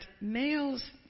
males